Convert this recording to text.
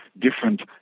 different